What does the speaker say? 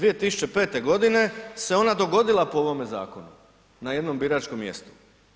2005. g. se ona dogodila po ovome zakonu na jednom biračkom mjestu.